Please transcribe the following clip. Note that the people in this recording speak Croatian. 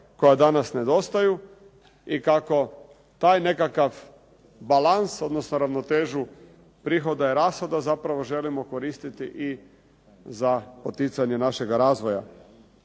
koja danas nedostaju i kako taj nekakav balans, odnosno ravnotežu prihoda i rashoda zapravo želimo koristiti za poticanje našega razvoja.